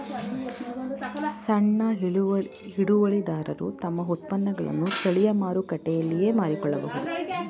ಸಣ್ಣ ಹಿಡುವಳಿದಾರರು ತಮ್ಮ ಉತ್ಪನ್ನಗಳನ್ನು ಸ್ಥಳೀಯ ಮಾರುಕಟ್ಟೆಯಲ್ಲಿಯೇ ಮಾರಿಕೊಳ್ಳಬೋದು